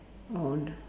on